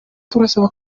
turasaba